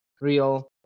real